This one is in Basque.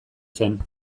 zen